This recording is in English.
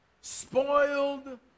spoiled